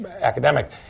academic